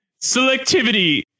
selectivity